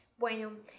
Bueno